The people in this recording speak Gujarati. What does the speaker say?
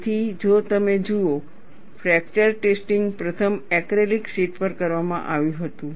તેથી જો તમે જુઓ ફ્રેક્ચર ટેસ્ટિંગ પ્રથમ એક્રેલિક શીટ પર કરવામાં આવ્યું હતું